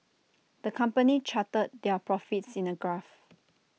the company charted their profits in A graph